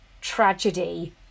tragedy